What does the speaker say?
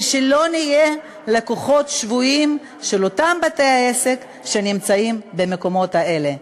ושלא נהיה לקוחות שבויים של אותם בתי-העסק שנמצאים במקומות האלה.